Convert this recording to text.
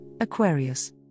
Aquarius